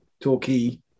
talkie